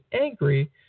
angry